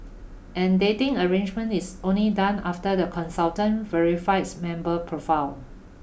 and dating arrangement is only done after the consultant verifies member profile